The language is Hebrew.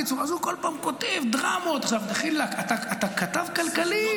הוא כל פעם כותב דרמות, דחילאק, אתה כתב כלכלי.